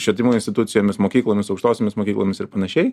švietimo institucijomis mokyklomis aukštosiomis mokyklomis ir panašiai